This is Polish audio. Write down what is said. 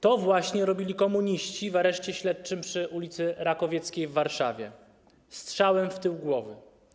To właśnie robili komuniści w areszcie śledczym przy ul. Rakowieckiej w Warszawie - strzałem w tył głowy.